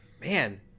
man